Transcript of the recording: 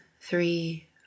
three